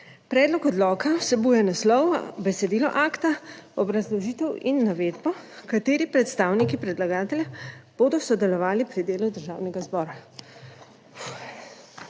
Predlog odloka vsebuje naslov, besedilo akta, obrazložitev in navedbo, kateri predstavniki predlagatelja bodo sodelovali pri delu Državnega zbora.